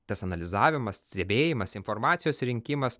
tas analizavimas stebėjimas informacijos rinkimas